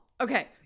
okay